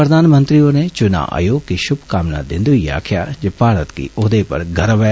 प्रधानमंत्री होरें चुना आयोग गी षुभकामना दिन्दे होई आक्खेआ जे भारत गी उन्दे पर गर्व ऐ